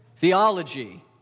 Theology